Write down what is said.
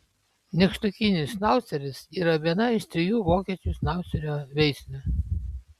nykštukinis šnauceris yra viena iš trijų vokiečių šnaucerio veislių